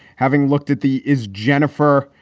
having looked at the is jennifer.